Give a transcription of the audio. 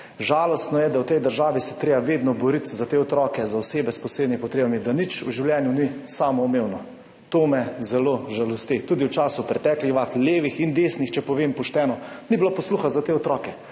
Žalostno je, da se je treba v tej državi vedno boriti za te otroke, za osebe s posebnimi potrebami, da nič v življenju ni samoumevno, to me zelo žalosti. Tudi v času preteklih vlad, levih in desnih, če povem pošteno, ni bilo posluha za te otroke.